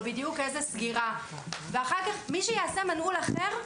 איזה סגירה בדיוק ואחר כך מישהו יעשה מנעול אחר,